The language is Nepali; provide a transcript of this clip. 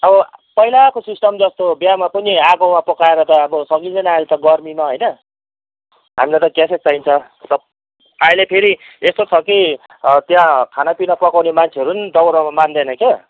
अब पहिलाको सिस्टम जस्तो बिहामा पनि आगोमा पकाएर त अब सकिँदैन अहिले त गर्मीमा होइन हामीलाई त ग्यासै चाहिन्छ अहिले फेरि यस्तो छ कि त्यहाँ खानापिना पकाउने मान्छेहरू पनि दाउरामा मान्दैन क्या